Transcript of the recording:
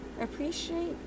Appreciate